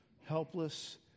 helpless